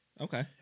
Okay